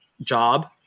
job